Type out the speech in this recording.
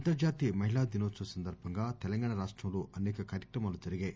అంతర్జాతీయ మహిళా దినోత్సవం సందర్బంగా తెలంగాణ రాష్టంలో అనేక కార్యక్రమాలు జరిగాయి